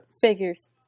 figures